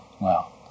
Wow